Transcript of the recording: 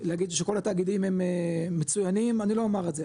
להגיד שכל התאגידים הם מצוינים אני לא אומר את זה,